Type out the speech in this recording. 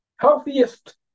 healthiest